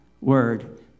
word